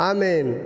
Amen